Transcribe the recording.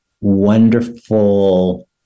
wonderful